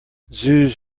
zoos